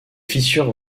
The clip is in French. fissure